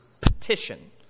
petition